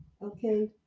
Okay